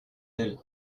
elle